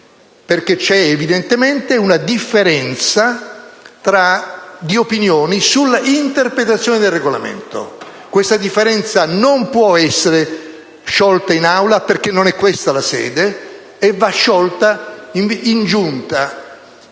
perché c'è evidentemente una differenza di opinioni sull'interpretazione del Regolamento. Questa differenza non può essere sciolta in Aula, perché non è questa la sede, e va sciolta in Giunta.